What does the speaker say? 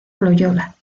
loyola